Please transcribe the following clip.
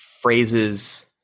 phrases